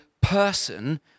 person